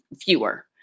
fewer